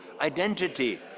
identity